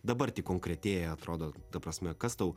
dabar tik konkretėja atrodo ta prasme kas tau